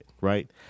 right